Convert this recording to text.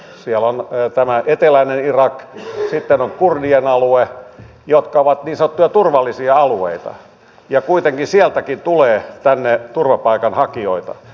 siellä on tämä eteläinen irak sitten on kurdien alue jotka ovat niin sanottuja turvallisia alueita ja kuitenkin sieltäkin tulee tänne turvapaikanhakijoita